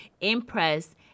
impressed